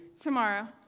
Tomorrow